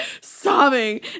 sobbing